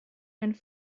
and